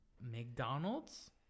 McDonald's